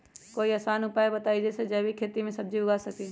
कोई आसान उपाय बताइ जे से जैविक खेती में सब्जी उगा सकीं?